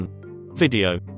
Video